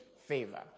favor